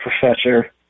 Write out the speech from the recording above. professor